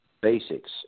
basics